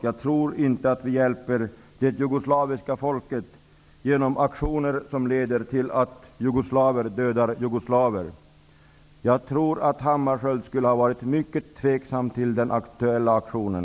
Jag tror inte att vi hjälper det jugoslaviska folket genom aktioner som leder till att jugoslaver dödar jugoslaver. Jag tror att Hammarskjöld skulle ha varit mycket tveksam till den aktuella aktionen.